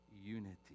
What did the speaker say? unity